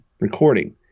Recording